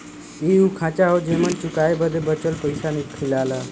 इ उ खांचा हौ जेमन चुकाए बदे बचल पइसा दिखला